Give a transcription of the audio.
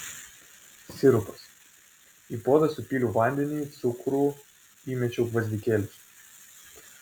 sirupas į puodą supyliau vandenį cukrų įmečiau gvazdikėlius